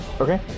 Okay